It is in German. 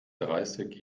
dreißig